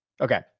okay